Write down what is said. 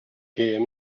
gêm